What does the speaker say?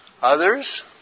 Others